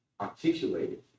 articulated